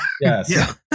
Yes